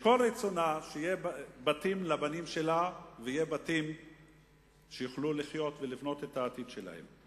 שכל רצונה שיהיו בתים לבנים שלה שיוכלו לחיות ולבנות את העתיד שלהם.